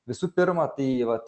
visų pirma tai vat